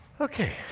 okay